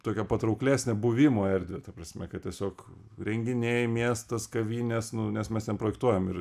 tokią patrauklesnę buvimo erdvę ta prasme kad tiesiog renginiai miestas kavinės nes mes ten projektuojam ir